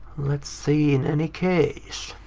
let's see in any case.